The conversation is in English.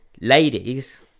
ladies